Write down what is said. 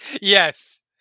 Yes